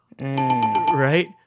Right